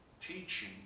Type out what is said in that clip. teaching